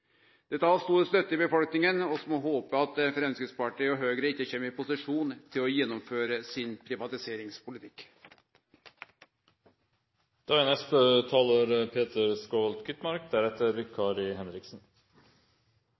Dette har stor støtte i befolkninga. Vi får håpe at Framstegspartiet og Høgre ikkje kjem i posisjon til å gjennomføre sin privatiseringspolitikk. La meg aller først si at jeg synes det er